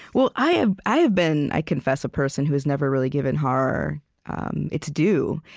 well, i have i have been, i confess, a person who has never really given horror its due.